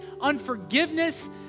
unforgiveness